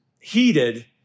heated